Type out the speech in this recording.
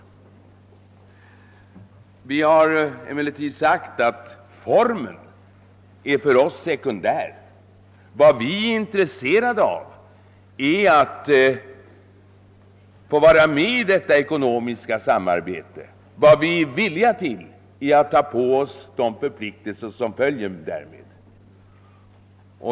Vi har emellertid deklarerat att formen för oss är sekundär. Vad vi är intresserade av är att få vara med i detta ekonomiska samarbete, och vi är villiga att ta på oss de förpliktelser som följer därmed.